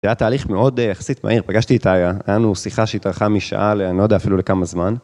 זה היה תהליך מאוד יחסית מהיר, פגשתי איה, היה לנו שיחה שהתארכה משעה, לא יודע אפילו לכמה זמן.